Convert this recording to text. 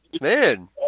man